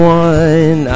one